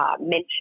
mention